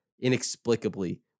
inexplicably